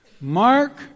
Mark